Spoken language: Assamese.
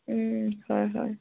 হয় হয়